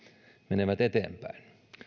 menevät eteenpäin